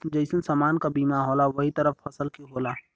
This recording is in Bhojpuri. जइसन समान क बीमा होला वही तरह फसल के होला